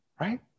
right